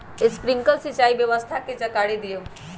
Sprinkler सिंचाई व्यवस्था के जाकारी दिऔ?